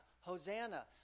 Hosanna